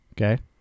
Okay